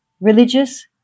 religious